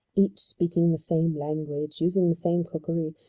each speaking the same language, using the same cookery,